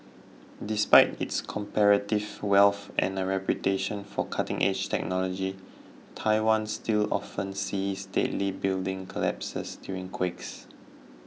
despite its comparative wealth and a reputation for cutting edge technology Taiwan still often sees deadly building collapses during quakes